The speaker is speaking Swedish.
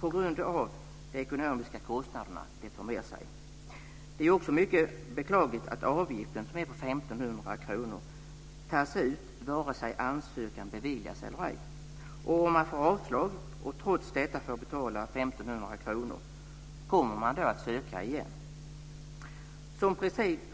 på grund av de ekonomiska kostnader det för med sig. Det är också mycket beklagligt att avgiften, som är på 1 500 kr, tas ut vare sig ansökan beviljas eller ej. Om man får avslag och trots detta får betala 1 500 kr - kommer man då att söka igen?